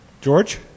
George